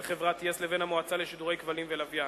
חברת yes לבין המועצה לשידורי כבלים ולוויין.